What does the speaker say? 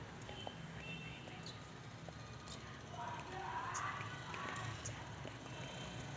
आलूले कोंब आलं नाई पायजे म्हनून कोनच्या किरनाचा मारा करा लागते?